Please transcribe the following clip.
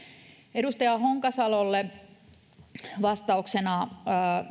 edustaja honkasalolle vastauksena